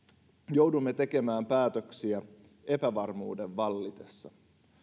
joudumme tekemään päätöksiä epävarmuuden vallitessa